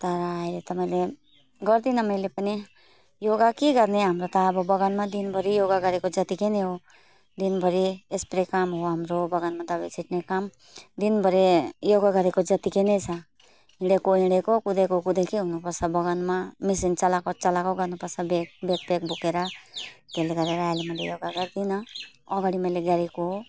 तर अहिले त मैले गर्दिनँ मैले पनि योगा के गर्ने हाम्रो त अब बगानमा दिनभरि योगा गरेको जत्तिकै नै हो दिनभरि स्प्रे काम हो हाम्रो बगानमा दबाई छिट्ने काम दिनभरि योगा गरेको जतिकै नै छ हिँडेको हिँडेको कुदेको कुदेकै हुनुपर्छ बगानमा मसिन चलाएको चलाएको गर्नुपर्छ ब्याकप्याक बोकेर त्यसले गरेर अहिले मैले योगा गर्दिनँ अगाडि मैले गरेको हो